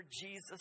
Jesus